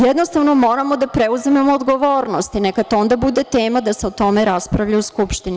Jednostavno, moramo da preuzmemo odgovornost i neka to onda bude tema, da se o tome raspravlja u Skupštini.